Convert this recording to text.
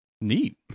Neat